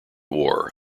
war